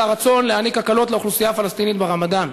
הרצון להעניק הקלות לאוכלוסייה הפלסטינית ברמדאן?